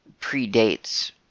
predates